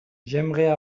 j’aimerais